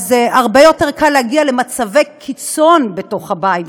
אז הרבה יותר קל להגיע למצבי קיצון בתוך הבית,